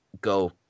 go